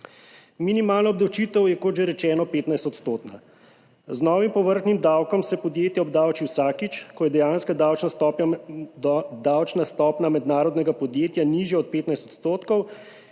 Minimalna obdavčitev je, kot že rečeno, 15 %. Z novim povrhnjim davkom se podjetje obdavči vsakič, ko je dejanska davčna stopnja mednarodnega podjetja nižja od 15 %,